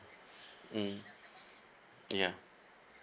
mm ya